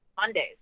Mondays